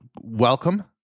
welcome